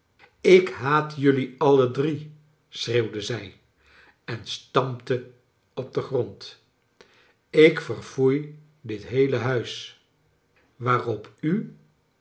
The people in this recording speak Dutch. ik haat jullie alle drie schreeuwde zij en stampte op den grond ik verfoei dit heele huis waarop u